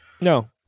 No